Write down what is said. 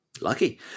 Lucky